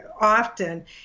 often